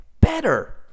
better